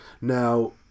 now